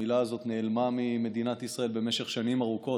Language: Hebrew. המילה הזאת נעלמה ממדינת ישראל במשך שנים ארוכות.